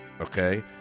Okay